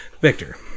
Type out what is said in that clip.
Victor